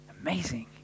Amazing